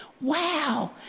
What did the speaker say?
Wow